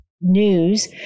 news